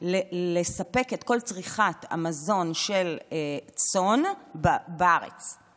לספק את כל צריכת המזון של צאן בארץ,